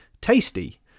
Tasty